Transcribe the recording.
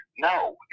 No